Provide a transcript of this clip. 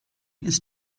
ist